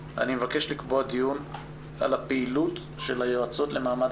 אני מבקש לקבוע דיון על הפעילות של היועצות למעמד